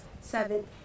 Seven